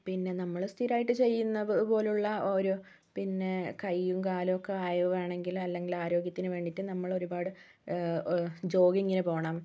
പിന്നെ നമ്മൾ സ്ഥിരമായിട്ടു ചെയ്യുന്നത് പോലെയുള്ള ഓരോ പിന്നെ കൈയും കാലുമൊക്കെ അയവു വേണമെങ്കിൽ അല്ലെങ്കിൽ ആരോഗ്യത്തിനു വേണ്ടിയിട്ട് നമ്മളൊരുപാട് ജോഗ്ഗിങ്ങിനു പോകണം